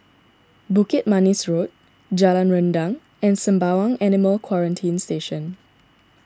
Bukit Manis Road Jalan Rendang and Sembawang Animal Quarantine Station